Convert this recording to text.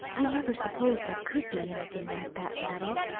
i never supposed there could be anything like that battle.